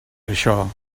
això